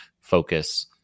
focus